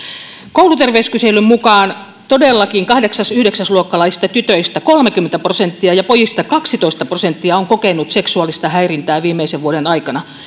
kouluterveyskyselyn mukaan todellakin kahdeksas viiva yhdeksäs luokkalaisista tytöistä kolmekymmentä prosenttia ja pojista kaksitoista prosenttia on kokenut seksuaalista häirintää viimeisen vuoden aikana